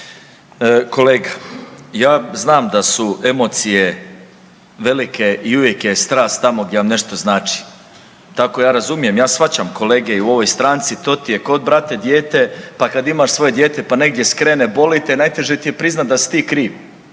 Kolega ja znam da su emocije velike i uvijek je strast tamo gdje vam nešto znači, tako ja razumijem, ja shvaćam kolege i u ovoj stranci, to ti je ko u brata dijete pa kad imaš svoje dijete pa kad negdje skrene boli te, najteže ti je priznati da si ti kriv,